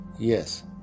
Yes